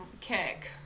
kick